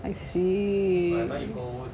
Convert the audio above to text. I see